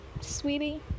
sweetie